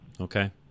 Okay